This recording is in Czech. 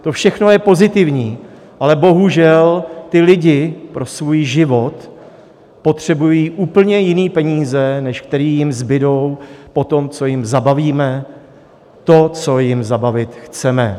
To všechno je pozitivní, ale bohužel ti lidé pro svůj život potřebují úplně jiné peníze, než které jim zbudou po tom, co jim zabavíme to, co jim zabavit chceme.